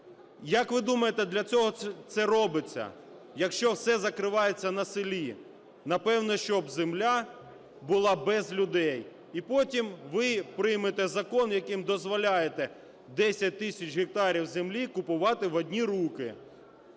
Як ви думаєте, для чого це робиться, якщо все закривається на селі? Напевно, щоб земля була без людей, і потім ви приймете закон, яким дозволяєте 10 тисяч гектарів землі купувати в одні руки.